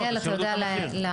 דניאל, אתה יודע לענות לזה?